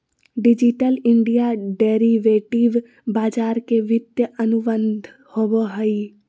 digital India derivative बाजार के वित्तीय अनुबंध होबो हइ